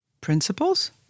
principles